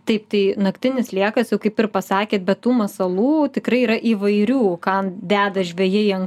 taip tai naktinis sliekas jau kaip ir pasakėt bet tų masalų tikrai yra įvairių ką deda žvejai an